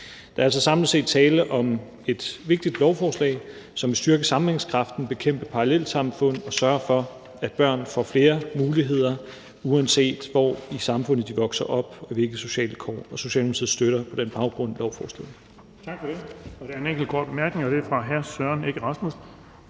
Der er altså samlet set tale om et vigtigt lovforslag, som vil styrke sammenhængskraften, bekæmpe parallelsamfund og sørge for, at børn får flere muligheder, uanset hvor i samfundet de vokser op, og hvilke sociale kår de har. Socialdemokratiet støtter på den baggrund lovforslaget.